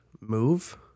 move